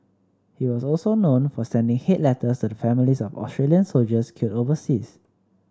he was also known for sending hate letters to the families of Australian soldiers killed overseas